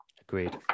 agreed